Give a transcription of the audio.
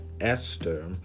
Esther